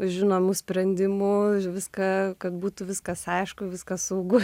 žinomų sprendimų už viską kad būtų viskas aišku viskas saugu